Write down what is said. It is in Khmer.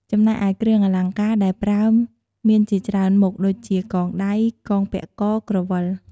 ចំណែកឯគ្រឿងអលង្ការដែលប្រើមានជាច្រើនមុខ ដូចជា កងដៃ កងពាក់ក ក្រវិល។